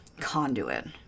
conduit